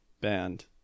band